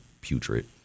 putrid